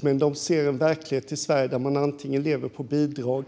Men i Sverige ser de en verklighet där man antingen lever på bidrag